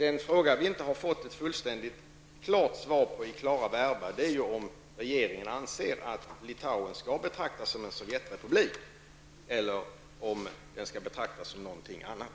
En fråga som vi faktiskt inte fått ett fullständigt svar på i klara verba är om regeringen anser att Litauen skall betraktas som en Sovjetrepublik eller som någonting annat.